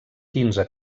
quinze